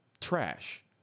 trash